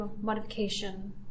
modification